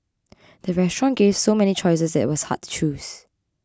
the restaurant gave so many choices that it was hard to choose